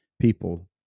people